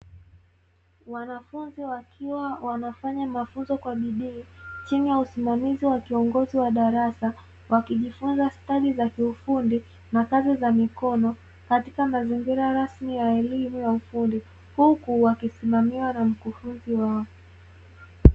Wanafunzi wakiwa wanafanya mafunzo kwa bidii, chini ya usimamizi wa kiongozi wa darasa, wakijifunza stadi za kiufundi na kazi za mikono, katika mazingira rasmi ya elimu ya ufundi, huku wakisimamiwa na mkufunzi wao.